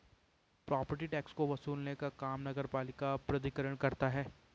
property tax को वसूलने का काम नगरपालिका प्राधिकरण करता है